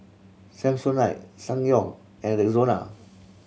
Samsonite Ssangyong and Rexona